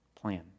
plan